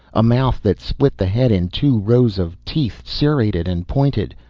a mouth that split the head in two, rows of teeth, serrated and pointed.